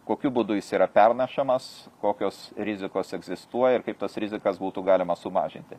kokiu būdu jis yra pernešamas kokios rizikos egzistuoja ir kaip tas rizikas būtų galima sumažinti